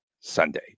Sunday